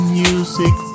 music